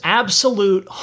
absolute